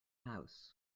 house